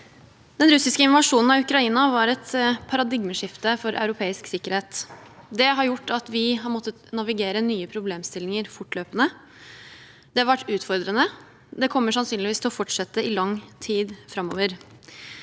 Den russiske inva- sjonen av Ukraina var et paradigmeskifte for europeisk sikkerhet. Det har gjort at vi har måttet navigere i nye problemstillinger fortløpende. Det har vært utfordrende, og det kommer sannsynligvis til å fortsette i lang tid framover.